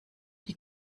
die